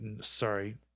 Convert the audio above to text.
sorry